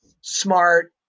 smart